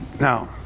Now